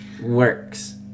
Works